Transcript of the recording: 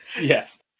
Yes